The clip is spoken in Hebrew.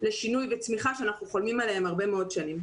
לשינוי וצמיחה שאנחנו חולמים עליהם הרבה מאוד שנים.